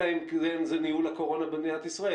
אלא אם כן זה ניהול הקורונה במדינת ישראל